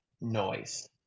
noise